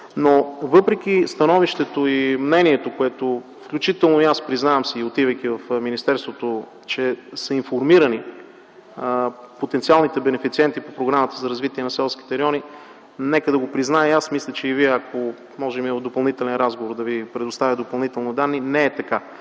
Въпреки становището и мнението, което включително и аз признавам си, отивайки в министерството, че потенциалните бенефициенти по програмата за развитие на селските райони са информирани, нека да го призная и аз – мисля, че и Вие може би в допълнителен разговор да Ви предоставя допълнителни данни, не е така.